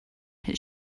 his